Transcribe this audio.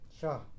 Sure